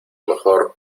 mejor